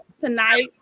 tonight